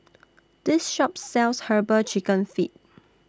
This Shop sells Herbal Chicken Feet